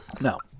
No